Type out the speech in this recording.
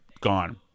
gone